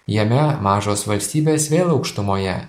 jame mažos valstybės vėl aukštumoje